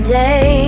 day